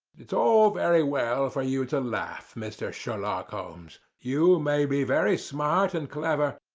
it's all very well for you to laugh, mr. sherlock holmes. you may be very smart and clever,